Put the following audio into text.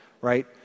right